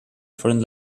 friend